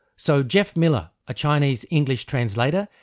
so geof miller, a chinese english translator,